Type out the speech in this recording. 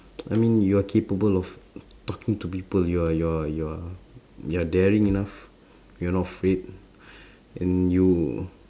I mean you are capable of talking to people you are you are you are you're daring enough you're not afraid and you